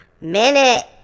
minute